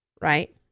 right